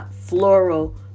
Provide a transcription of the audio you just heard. floral